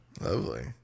Lovely